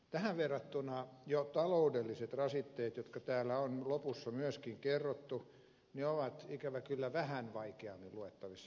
tähän verrattuna jo taloudelliset rasitteet jotka täällä on lopussa myöskin kerrottu ovat ikävä kyllä vähän vaikeammin luettavissa